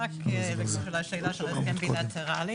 לגבי השאלה של ההסכם הבילטרלי.